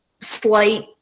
slight